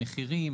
מחירים,